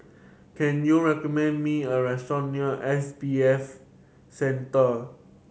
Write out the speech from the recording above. can you recommend me a restaurant near S B F Center